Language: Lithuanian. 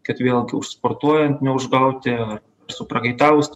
kad vėl sportuojant neužgauti ar suprakaitavus